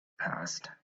passed